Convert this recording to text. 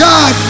God